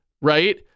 right